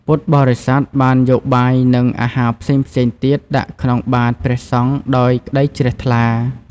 ពុទ្ធបរិស័ទបានយកបាយ និងអាហារផ្សេងៗទៀតដាក់ក្នុងបាត្រព្រះសង្ឃដោយក្ដីជ្រះថ្លា។